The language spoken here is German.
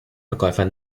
verkäufer